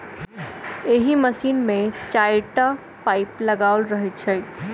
एहि मशीन मे चारिटा पाइप लगाओल रहैत छै